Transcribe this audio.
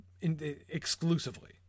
exclusively